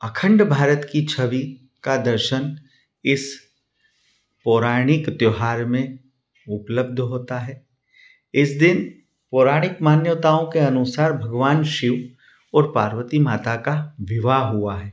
अखंड भारत की छवि का दर्शन इस पौराणिक त्योहार में उपलब्ध होता है इस दिन पौराणिक मान्यताओं के अनुसार भगवान शिव ओर पार्वती माता का विवाह हुआ है